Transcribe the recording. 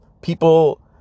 people